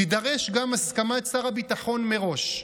תידרש גם הסכמת שר הביטחון מראש.